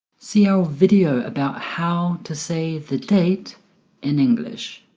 see our video about how to say the date in english